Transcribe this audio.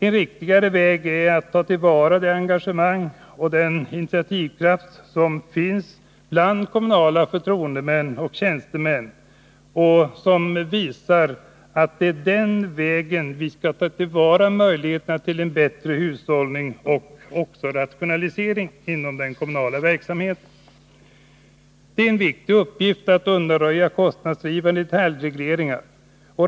En riktigare väg är att ta till vara det engagemang och den initiativkraft som finns bland kommunala förtroendemän och tjänstemän, för att på så sätt också ta till vara möjligheten till en bättre hushållning och rationalisering inom den kommunala verksamheten. Det är en viktig uppgift att undanröja kostnadsdrivande detaljregleringar.